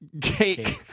cake